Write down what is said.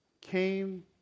came